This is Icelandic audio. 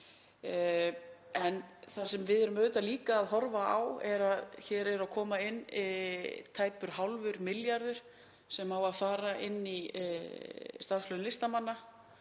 En það sem við erum auðvitað líka að horfa á er að hér er að koma inn tæpur hálfur milljarður sem á að fara í starfslaun listamanna